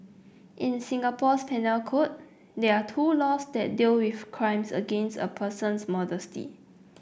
in Singapore's penal code there are two laws that deal with crimes against a person's modesty